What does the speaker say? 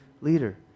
leader